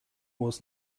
was